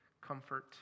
comfort